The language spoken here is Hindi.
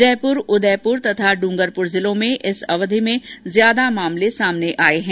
जयपुर उदयपुर तथा इंगरपर जिलों में इस अवधि में ज्यादा मामले सामने आये हैं